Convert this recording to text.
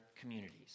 communities